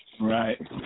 Right